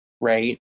right